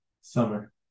Summer